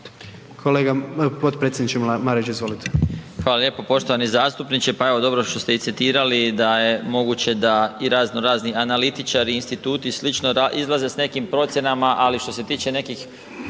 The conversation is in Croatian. Kolega, potpredsjedniče Marić, izvolite. **Marić, Zdravko** Hvala lijepo. Poštovani zastupniče, pa evo, dobro što ste i citirali da je moguće da i razno razni analitičari i instituti i sl. izlaze s nekim procjenama, ali što se tiče nekih